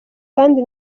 kandi